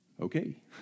Okay